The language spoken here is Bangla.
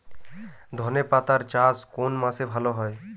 ধনেপাতার চাষ কোন মাসে ভালো হয়?